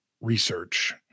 research